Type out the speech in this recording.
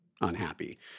unhappy